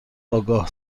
آگاه